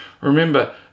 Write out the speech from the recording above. Remember